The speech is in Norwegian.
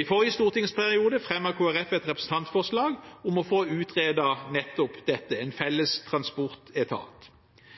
I forrige stortingsperiode fremmet Kristelig Folkeparti et representantforslag om å få utredet nettopp en felles transportetat.